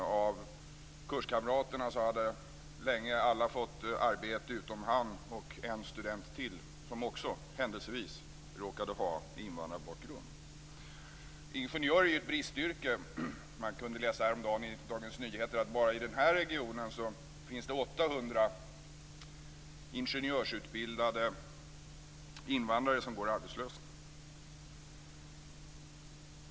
Bland kurskamraterna hade det länge varit så att alla fått arbete utom han och en student till, som också - händelsevis - råkade ha invandrarbakgrund. Ingenjör är ju ett bristyrke. Man kunde läsa häromdagen i Dagens Nyheter att det bara i den här regionen finns 800 ingenjörsutbildade invandrare som går arbetslösa.